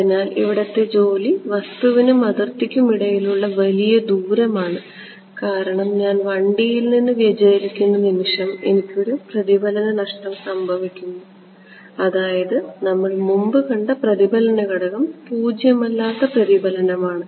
അതിനാൽ ഇവിടത്തെ ജോലി വസ്തുവിനും അതിർത്തിക്കുമിടയിലുള്ള വലിയ ദൂരമാണ് കാരണം ഞാൻ 1D യിൽ നിന്ന് വ്യതിചലിക്കുന്ന നിമിഷം എനിക്ക് ഒരു പ്രതിഫലന നഷ്ടം സംഭവിക്കുന്നു അതായത് നമ്മൾ മുമ്പ് കണ്ട പ്രതിഫലന ഘടകം പൂജ്യമല്ലാത്ത പ്രതിഫലനമാണ്